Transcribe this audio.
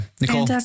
Nicole